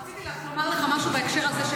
רציתי רק לומר לך משהו בהקשר הזה,